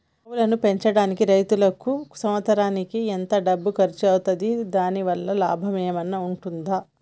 ఆవును పెంచడానికి రైతుకు సంవత్సరానికి ఎంత డబ్బు ఖర్చు అయితది? దాని వల్ల లాభం ఏమన్నా ఉంటుందా?